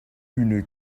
une